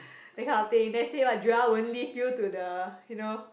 that kind of thing then say what Joel won't leave you to the you know